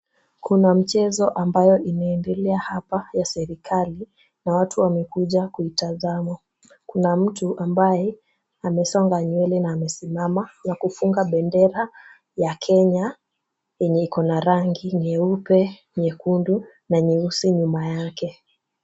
Kuna mchezo ambayo inaendelea hapa ya serikali, na watu wamekuja kuitazama ,kuna mtu ambaye amesonga nywele na amesimama na kufunga bendera ya Kenya yenye Iko na rangi nyeupe ,nyekundu na nyeusi nyuma yake .